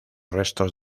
restos